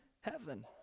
Heaven